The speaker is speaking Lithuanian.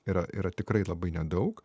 yra yra tikrai labai nedaug